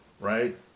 right